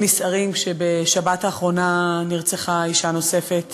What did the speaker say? נסערים כשבשבת האחרונה נרצחה אישה נוספת